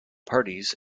parties